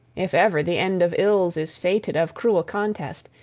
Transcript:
if ever the end of ills is fated, of cruel contest,